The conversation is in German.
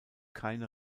keine